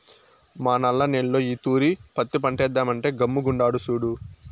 మా నల్ల నేల్లో ఈ తూరి పత్తి పంటేద్దామంటే గమ్ముగుండాడు సూడు